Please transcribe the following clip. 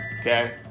okay